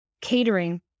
catering